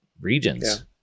regions